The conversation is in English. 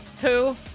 two